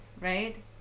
right